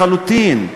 לחלוטין.